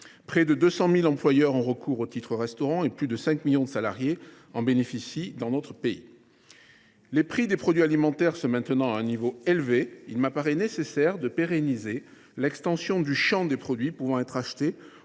Près de 200 000 employeurs ont recours aux titres restaurant et plus de 5 millions de salariés en bénéficient dans notre pays. Comme les prix des produits alimentaires se maintiennent à un niveau élevé, il apparaît nécessaire de pérenniser l’extension du champ des produits pouvant être achetés